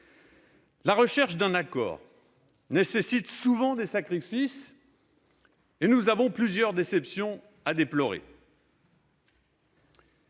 La recherche d'un accord nécessite souvent des sacrifices et nous avons plusieurs déceptions à déplorer.